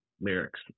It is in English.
lyrics